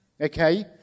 Okay